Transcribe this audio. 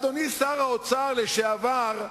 אדוני שר האוצר לשעבר,